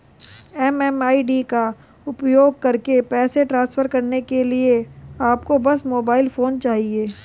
MMID का उपयोग करके पैसे ट्रांसफर करने के लिए आपको बस मोबाइल फोन चाहिए